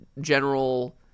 general –